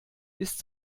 ist